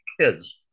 kids